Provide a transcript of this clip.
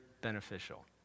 beneficial